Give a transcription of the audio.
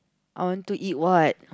I want to eat what